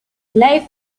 life